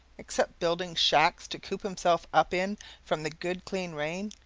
except building shacks to coop himself up in from the good clean rain,